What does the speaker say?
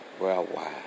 worldwide